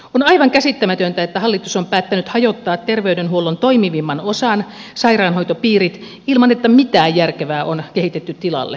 on aivan käsittämätöntä että hallitus on päättänyt hajottaa terveydenhuollon toimivimman osan sairaanhoitopiirit ilman että mitään järkevää on kehitetty tilalle